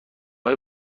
های